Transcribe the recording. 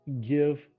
give